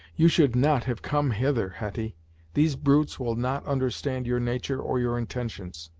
you should not have come hither, hetty these brutes will not understand your nature or your intentions!